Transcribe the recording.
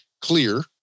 clear